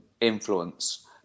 influence